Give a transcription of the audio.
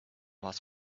was